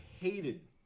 hated